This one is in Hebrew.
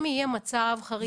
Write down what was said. אם יהיה מצב חריג,